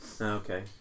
okay